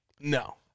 No